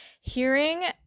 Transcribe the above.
hearing